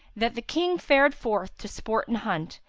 that the king fared forth to sport and hunt,